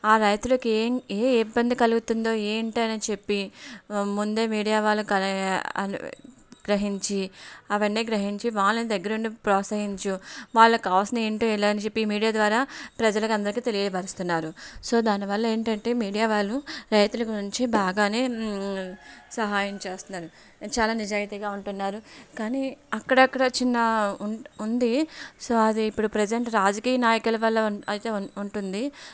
ఆ రైతులకు ఏం ఏ ఇబ్బంది కలుగుతుందో ఏంటో అని చెప్పి ముందే మీడియా వాళ్ళకు గ్రహించి అవన్నీ గ్రహించి వాళ్ళని దగ్గరుండి ప్రోత్సహించు వాళ్ళకి కావాల్సినవి ఏంటో ఎలా అని చెప్పి మీడియా ద్వారా ప్రజలకు అందరికీ తెలియపరుస్తున్నారు సో దానివల్ల ఏంటంటే మీడియా వాళ్ళు రైతుల గురించి బాగానే సహాయం చేస్తున్నారు చాలా నిజాయితీగా ఉంటున్నారు కానీ అక్కడక్కడ చిన్న ఉంది సో అది ఇప్పుడు ప్రజెంట్ రాజకీయ నాయకుల వల్ల అయితే ఉంటుంది